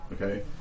okay